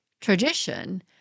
tradition